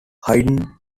haydn